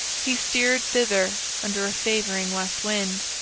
he steered thither under a favouring west wind.